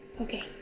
Okay